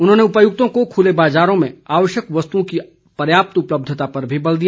उन्होंने उपायुक्तों को खुले बाजारों में आवश्यक वस्तुओं की पर्याप्त उपलब्धता पर भी बल दिया